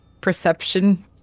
perception